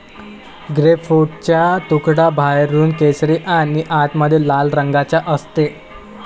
ग्रेपफ्रूटचा तुकडा बाहेरून केशरी आणि आतमध्ये लाल रंगाचा असते